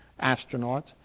astronauts